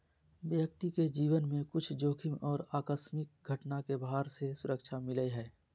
व्यक्ति के जीवन में कुछ जोखिम और आकस्मिक घटना के भार से सुरक्षा मिलय हइ